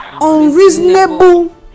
unreasonable